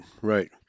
right